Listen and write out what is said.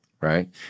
right